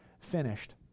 finished